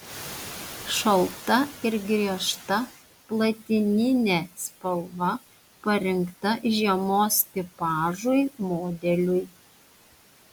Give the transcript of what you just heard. šalta ir griežta platininė spalva parinkta žiemos tipažui modeliui